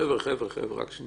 חבר'ה, רק שנייה.